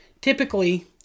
typically